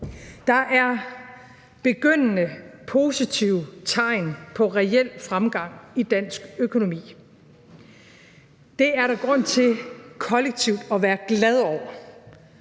Der er begyndende positive tegn på reel fremgang i dansk økonomi. Det er der grund til kollektivt at være glad over,